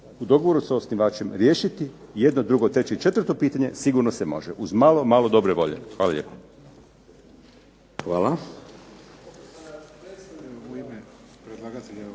u dogovoru sa osnivačem riješiti, jedno, drugo i treće i četvrto pitanje sigurno se može uz malo, malo dobre volje. Hvala